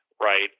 right